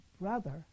brother